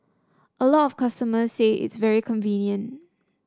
a lot of customers say it's very convenient